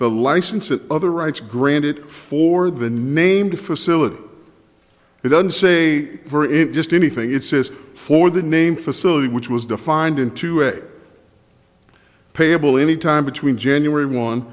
the licenses other rights granted for the named facility it doesn't say for it just anything it says for the name facility which was defined into a payable anytime between january one